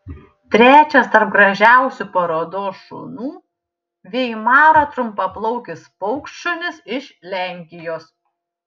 trečias tarp gražiausių parodos šunų veimaro trumpaplaukis paukštšunis iš lenkijos